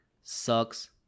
sucks